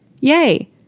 Yay